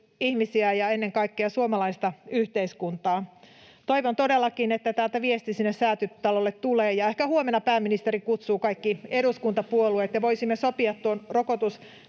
ihmisiä ja ennen kaikkea suomalaista yhteiskuntaa. Toivon todellakin, että täältä viesti sinne Säätytalolle tulee, ja ehkä huomenna pääministeri kutsuu kaikki eduskuntapuolueet ja voisimme sopia tuon rokotuskortin